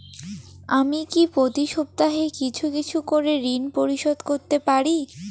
আমি কি প্রতি সপ্তাহে কিছু কিছু করে ঋন পরিশোধ করতে পারি?